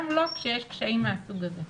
גם לא כשיש קשיים מהסוג הזה.